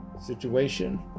Situation